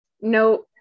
No